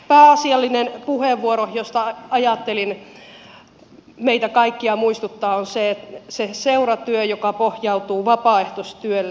puheenvuoroni pääasia josta ajattelin meitä kaikkia muistuttaa on se seuratyö joka pohjautuu vapaaehtoistyölle